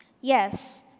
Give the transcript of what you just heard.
Yes